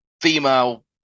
female